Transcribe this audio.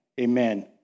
Amen